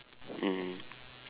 mm